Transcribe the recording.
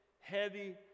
heavy